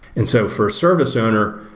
and so for a service owner,